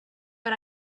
but